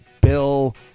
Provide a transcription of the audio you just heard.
Bill